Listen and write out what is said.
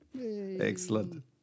Excellent